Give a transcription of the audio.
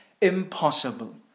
impossible